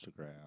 Instagram